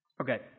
Okay